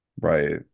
right